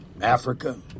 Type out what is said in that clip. Africa